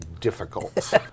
difficult